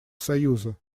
союза